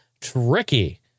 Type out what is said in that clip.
tricky